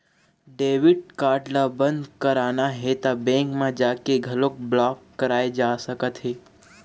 debit card ल बंद कराना हे त बेंक म जाके घलोक ब्लॉक कराए जा सकत हे